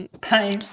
pain